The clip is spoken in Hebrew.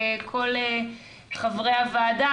כל חברי הוועדה,